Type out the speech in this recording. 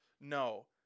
No